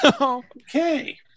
Okay